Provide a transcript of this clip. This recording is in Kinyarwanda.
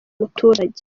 umuturage